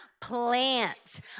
plant